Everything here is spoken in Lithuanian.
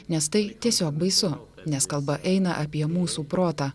nes tai tiesiog baisu nes kalba eina apie mūsų protą